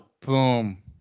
Boom